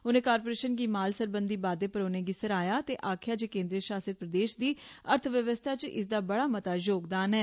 उनें कारपोरेश गी माल सरबंधी बाद्दे पर उनेंगी सहायता ते आक्खेया जे केन्द्रीय शासित प्रदेश दी अर्थव्यवस्था च इसदा बड़ा मता योगदान ऐ